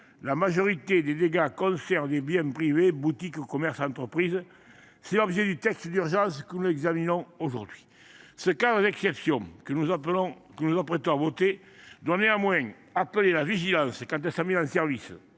la majorité des dégâts concernent des biens privés : boutiques, commerces et entreprises. C’est l’objet du texte d’urgence que nous examinons aujourd’hui. Ce cadre d’exception que nous nous apprêtons à voter appellera néanmoins toute notre vigilance au moment de sa mise en œuvre.